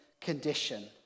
condition